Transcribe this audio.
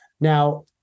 Now